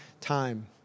time